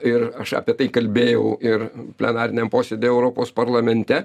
ir aš apie tai kalbėjau ir plenariniam posėdy europos parlamente